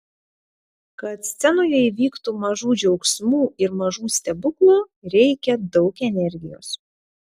kad scenoje įvyktų mažų džiaugsmų ir mažų stebuklų reikia daug energijos